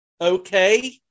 okay